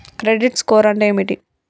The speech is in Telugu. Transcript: క్రెడిట్ స్కోర్ అంటే ఏమిటి?